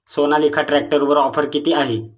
सोनालिका ट्रॅक्टरवर ऑफर किती आहे?